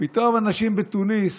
פתאום אנשים בתוניס